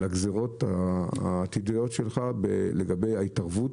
על הגזרות העתידיות שלך לגבי ההתערבות,